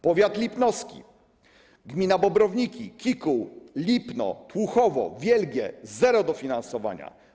Powiat lipnowski: gmina Bobrowniki, Kikół, Lipno, Tłuchowo, Wielgie - zero dofinansowania.